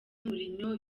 mourinho